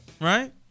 Right